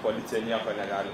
policija nieko negali